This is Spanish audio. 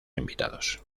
invitados